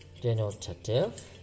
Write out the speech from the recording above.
denotative